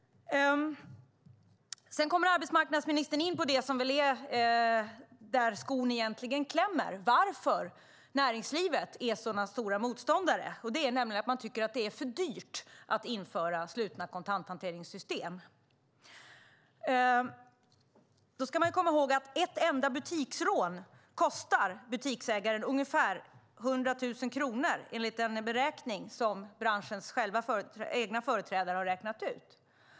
Arbetsmarknadsministern kommer in på var skon egentligen klämmer, nämligen varför näringslivet är en så stor motståndare. Det är därför att man tycker att det är för dyrt att införa slutna kontanthanteringssystem. Då ska man komma ihåg att ett enda butiksrån kostar butiksägaren ungefär 100 000 kronor enligt en beräkning som branschens egna företrädare har gjort.